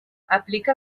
aplica